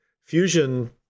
Fusion